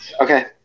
Okay